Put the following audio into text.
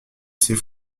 ses